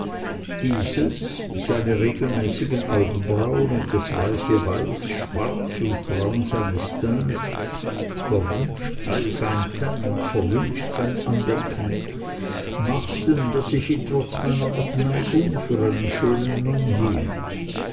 dieses seine regelmäßigen augenbrauen und das reiche weiß schwarz und braun seines teints verwünscht sei sein teint und verwünscht sein andenken machten daß ich ihn trotz meiner abneigung für einen schönen mann hielt